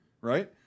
right